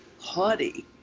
haughty